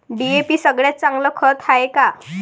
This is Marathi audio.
डी.ए.पी सगळ्यात चांगलं खत हाये का?